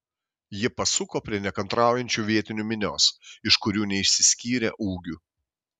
ji pasuko prie nekantraujančių vietinių minios iš kurių neišsiskyrė ūgiu